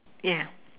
yeah